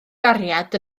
gariad